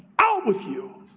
out with you.